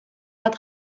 bat